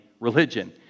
religion